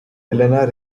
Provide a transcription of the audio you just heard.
elena